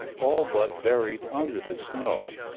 all but buried under the snow.